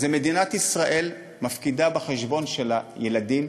זה אומר שמדינת ישראל מפקידה בחשבון של הילדים,